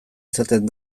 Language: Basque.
izaten